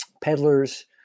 peddlers